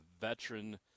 veteran